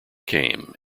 came